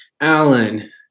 Alan